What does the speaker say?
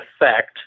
effect